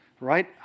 right